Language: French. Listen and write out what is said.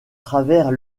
travers